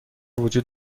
وجود